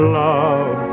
love